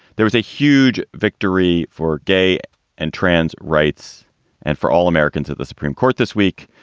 there was a huge victory for gay and trans rights and for all americans at the supreme court this week.